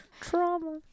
Trauma